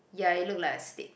ya you look like a stick